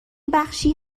بخشی